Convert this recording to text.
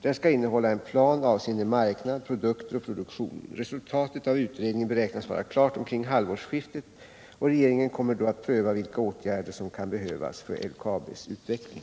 Den skall innehålla en plan avseende marknad, produkter och produktion. Resultatet av utredningen beräknas vara klart omkring halvårsskiftet, och regeringen kommer då att pröva vilka åtgärder som kan behövas för LKAB:s utveckling.